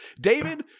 David